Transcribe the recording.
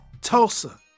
Tulsa